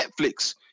Netflix